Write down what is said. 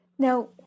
Now